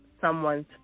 someone's